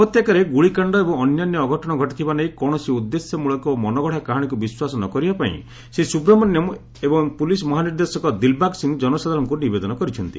ଉପତ୍ୟକାରେ ଗୁଳିକାଣ୍ଡ ଏବଂ ଅନ୍ୟାନ୍ୟ ଅଘଟଣ ଘଟିଥିବା ନେଇ କୌଣସି ଉଦ୍ଦେଶ୍ୟମୂଳକ ଓ ମନଗଡ଼ା କାହାଣୀକୁ ବିଶ୍ୱାସ ନ କରିବାପାଇଁ ଶ୍ରୀ ସୁବ୍ରମଣ୍ୟମ୍ ଏବଂ ପୁଲିସ୍ ମହାନିର୍ଦ୍ଦେଶକ ଦିଲ୍ବାଗ୍ ସିଂ ଜନସାଧାରଣଙ୍କୁ ନିବେଦନ କରିଛନ୍ତି